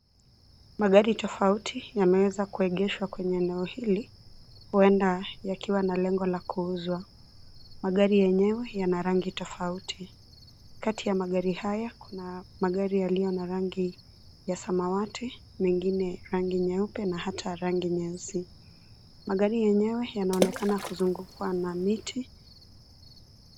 Magari tofauti yameweza kuegeshwa katika eneo hili, huenda yakiwa na lengo la kuuzwa. Magari yenyewe yana rangi tofauti. Kati ya magari haya kuna magari yaliyo na rangi ya samawati mengine rangi nyeupe na hata rangi nyeusi. Magari yenyewe yanaonekana kuzungukwa na miti.